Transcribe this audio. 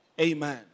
Amen